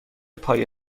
پای